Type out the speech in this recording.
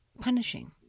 punishing